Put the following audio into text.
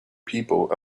people